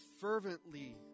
fervently